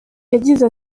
yagize